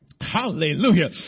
Hallelujah